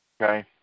okay